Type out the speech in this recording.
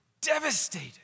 devastated